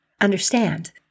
understand